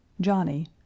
Johnny